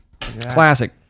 Classic